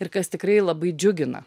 ir kas tikrai labai džiugina